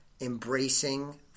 embracing